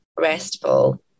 restful